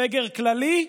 סגר כללי,